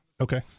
Okay